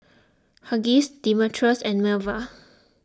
Hughes Demetrius and Melva